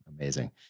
Amazing